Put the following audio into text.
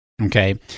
Okay